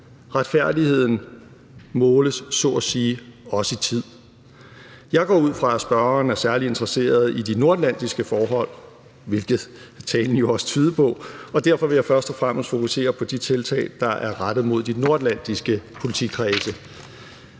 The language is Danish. Retfærdigheden måles så at sige også i tid. Jeg går ud fra, at spørgeren er særlig interesseret i de nordatlantiske forhold, hvilket det jo i talen også tydede på, og derfor vil jeg først og fremmest fokusere på de tiltag, der er rettet mod de nordatlantiske politikredse.